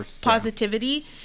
positivity